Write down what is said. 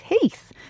Heath